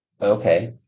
Okay